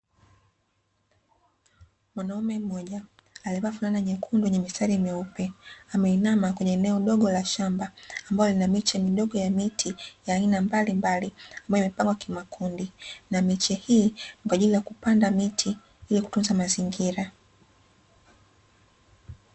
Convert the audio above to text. Mwanaume mmoja amevaa fulana nyekundu yenye mistari myeupe, ameinama kwenye eneo dogo la shamba ambalo lina miche midogo ya miti ya aina mbalimbali, ambayo imepangwa kimakundi, na miche hii kwa ajili ya kupanda miti ili kutunza mazingira.